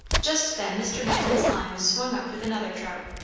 just then mr. knowlton's line was swung up with another trout.